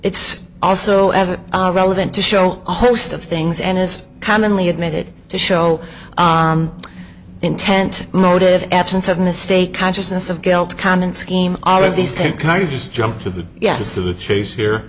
it's also ever relevant to show a host of things and is commonly admitted to show intent motive absence of mistake consciousness of guilt common scheme all of these things are just jump to the yes to the chase here